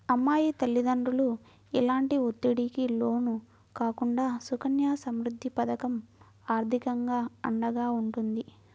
అమ్మాయి తల్లిదండ్రులు ఎలాంటి ఒత్తిడికి లోను కాకుండా సుకన్య సమృద్ధి పథకం ఆర్థికంగా అండగా ఉంటుంది